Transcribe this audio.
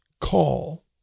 call